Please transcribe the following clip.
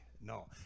No